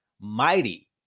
mighty